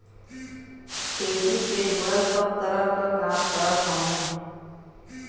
खेती से जुड़ल सब तरह क काम करत हउवे